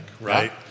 right